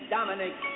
Dominic